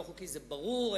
לא חוקי זה ברור,